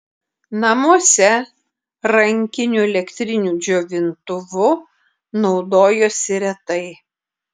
namuose rankiniu elektriniu džiovintuvu naudojosi retai